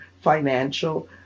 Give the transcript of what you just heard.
financial